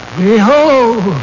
Behold